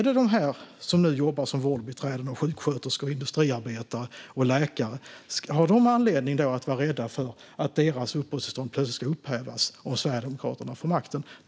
De människor som nu jobbar som vårdbiträden och sjuksköterskor, eller som industriarbetare och läkare - har de anledning att vara rädda för att deras uppehållstillstånd plötsligt skulle upphävas om Sverigedemokraterna fick makten?